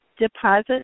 deposit